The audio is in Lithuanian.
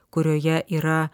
kurioje yra